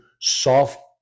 soft